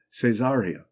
Caesarea